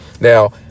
Now